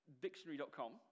Dictionary.com